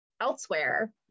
elsewhere